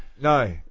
No